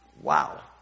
Wow